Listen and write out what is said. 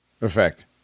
effect